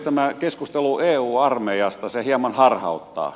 tämä keskustelu eu armeijasta hieman harhauttaa